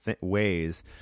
ways